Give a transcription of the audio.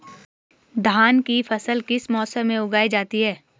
धान की फसल किस मौसम में उगाई जाती है?